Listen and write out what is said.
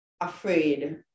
afraid